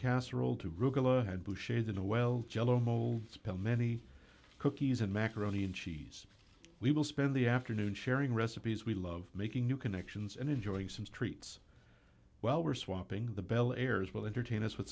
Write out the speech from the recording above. casserole to add to shade in a well jell o mold spill many cookies and macaroni and cheese we will spend the afternoon sharing recipes we love making new connections and enjoying some treats well we're swapping the bel air as will entertain us w